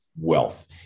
wealth